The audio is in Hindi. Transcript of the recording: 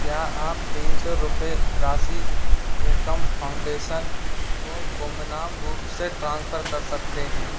क्या आप तीन सौ रूपए राशि एकम फाउंडेशन को गुमनाम रूप से ट्रांसफ़र कर सकते हैं